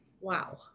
Wow